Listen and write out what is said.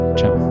ciao